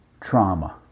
trauma